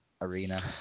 arena